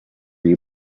you